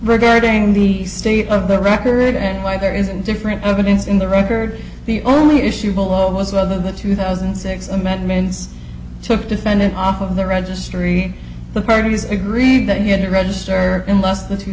regarding the state of the record and why there isn't different evidence in the record the only issue below was whether the two thousand and six i met mens took defendant off of the registry the parties agreed that he had to register unless the two